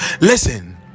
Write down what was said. Listen